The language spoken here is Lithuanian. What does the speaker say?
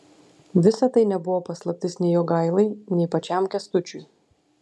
visa tai nebuvo paslaptis nei jogailai nei pačiam kęstučiui